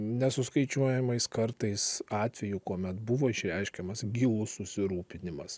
nesuskaičiuojamais kartais atvejų kuomet buvo išreiškiamas gilus susirūpinimas